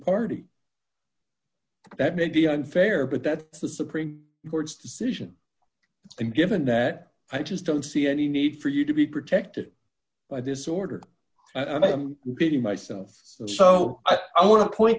party that may be unfair but that the supreme court's decision has been given that i just don't see any need for you to be protected by this order and i am beating myself so i want to point